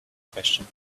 question